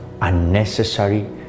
unnecessary